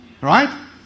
Right